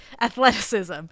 Athleticism